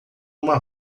uma